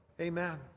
Amen